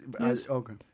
Okay